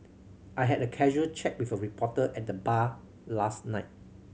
I had a casual chat with a reporter at the bar last night